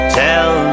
tell